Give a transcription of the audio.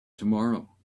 tomorrow